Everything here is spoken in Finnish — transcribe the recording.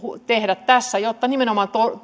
tehdä myöskin tässä jotta nimenomaan